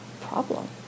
problem